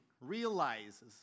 realizes